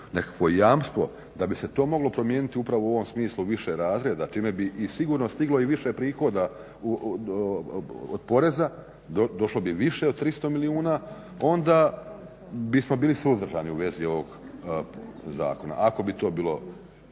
nekakvo jamstvo da bi se to moglo promijeniti upravo u ovom smislu više razreda čime bi i sigurno stiglo i više prihoda od poreza došlo bi više od 300 milijuna, onda bismo bili suzdržani u vezi ovog zakona, ako bi to bilo